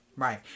Right